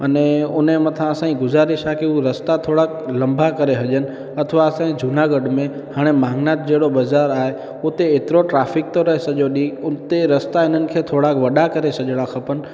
अने उन जे मथां असांजी गुज़ारिश आहे उहा रस्ता थोरा लम्बा करे हुजनि अथवा असांजे जूनागढ़ में हाणे मांगनाथ जहिड़ो बाज़ार आहे उते एतिरो ट्रेफ़िक थो रहे सजो ॾींहुं उते रस्ता हिननि खे थोरा वॾा करे छॾणा खपनि